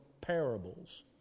parables